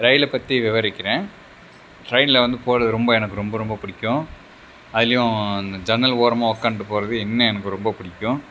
ரயிலை பற்றி விவரிக்கிறேன் டிரெயினில் வந்து போகிறது ரொம்ப எனக்கு ரொம்ப ரொம்ப பிடிக்கும் அதுலேயும் அந்த ஜன்னல் ஓரமாக உக்காந்துட்டு போகிறது இன்னும் எனக்கு ரொம்ப பிடிக்கும்